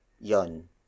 yon